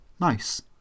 Nice